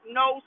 no